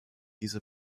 diese